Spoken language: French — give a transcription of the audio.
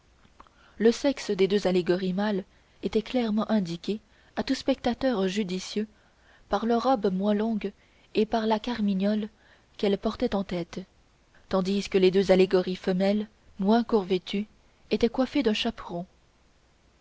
le sexe des deux allégories mâles était clairement indiqué à tout spectateur judicieux par leurs robes moins longues et par la cramignole qu'elles portaient en tête tandis que les deux allégories femelles moins court vêtues étaient coiffées d'un chaperon